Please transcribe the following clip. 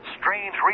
strange